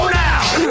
now